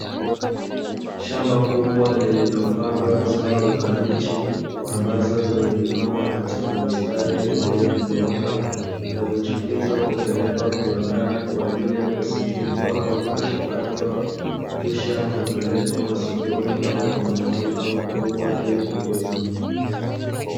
Shamba kubwa lililopandwa zao la kabichi ambazo zimejipanga katika mistari iliyonyooka, kabichi hizo hupelekwa viwandani kwa ajili ya kusindikwa au kuchakatwa kisha hupelekwa masokoni au kwenye maduka makubwa ili kuuzwa.